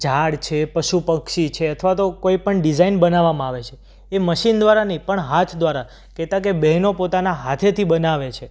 ઝાડ છે પશુ પક્ષી છે અથવા તો કોઈ પણ ડિઝાઇન બનાવવામાં આવે છે એ મશિન દ્વારા નહિ પણ હાથ દ્વારા કહેતા કે બહેનો પોતાના હાથેથી બનાવે છે